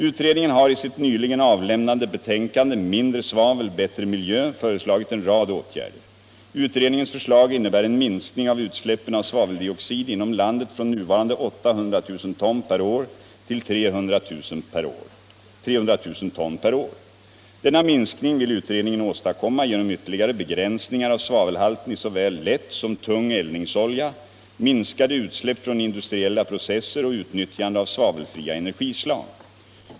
Utredningen har i sitt nyligen avlämnade betänkande Mindre svavel — bättre miljö föreslagit en rad åtgärder. Utredningens förslag innebär en minskning av utsläppen av svaveldioxid inom landet från nuvarande 800 000 ton per år till 300 000 ton per år. Denna minskning vill utredningen åstadkomma genom ytterligare begränsningar av svavelhalten i såväl lätt som tung eldningsolja, minskade utsläpp från industriella processer och utnyttjande av svavelfria energislag.